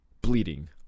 bleeding